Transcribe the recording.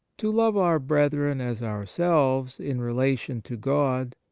to love our brethren as ourselves in relation to god,